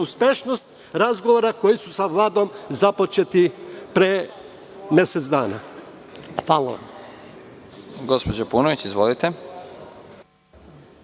uspešnost razgovora koji su sa Vladom započeti pre mesec dana. **Nebojša